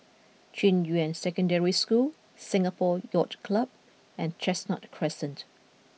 Junyuan Secondary School Singapore Yacht Club and Chestnut Crescent